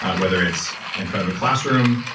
um whether it's in front of a classroom,